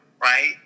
right